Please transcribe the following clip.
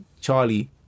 Charlie